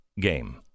game